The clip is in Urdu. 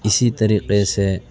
اسی طریقے سے